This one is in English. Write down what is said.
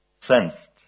sensed